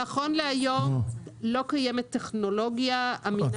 נכון להיום לא קיימת טכנולוגיה אמינה